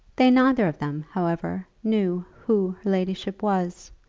they neither of them, however, knew who her ladyship was,